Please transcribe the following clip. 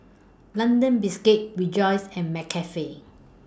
London Biscuits Rejoice and McCafe